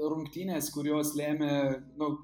rungtynės kurios lėmė nu